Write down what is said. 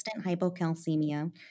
hypocalcemia